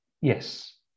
yes